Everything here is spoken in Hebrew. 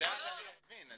זה מה שאני לא מבין.